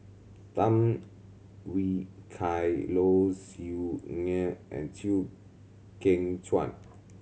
Tham Yui Kai Low Siew Nghee and Chew Kheng Chuan